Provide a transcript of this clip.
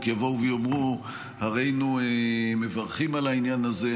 יבואו ויאמרו: הרינו מברכים על העניין הזה,